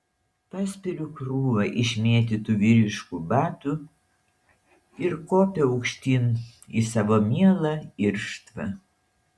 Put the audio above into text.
paspiriu krūvą išmėtytų vyriškų batų ir kopiu aukštyn į savo mielą irštvą